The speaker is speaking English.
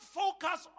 focus